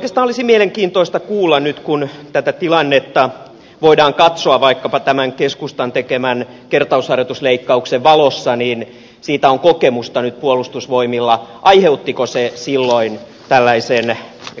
oikeastaan olisi mielenkiintoista kuulla nyt kun tätä tilannetta voidaan katsoa vaikkapa tämän keskustan tekemän kertausharjoitusleikkauksen valossa siitä on kokemusta nyt puolustusvoimilla aiheuttiko se silloin tällaisen